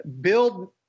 build